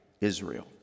Israel